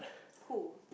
who